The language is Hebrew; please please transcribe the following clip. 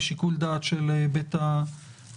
בשיקול דעת של בית המשפט,